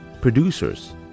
producers